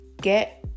get